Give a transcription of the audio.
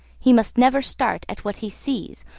he must never start at what he sees,